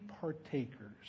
partakers